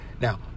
Now